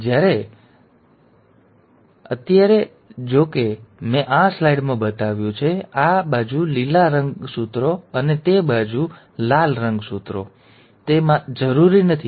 તેથી અત્યારે જો કે મેં આ સ્લાઇડમાં બતાવ્યું છે આ બાજુ લીલા રંગસૂત્રો અને તે બાજુ લાલ રંગસૂત્રો તે જરૂરી નથી